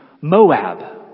Moab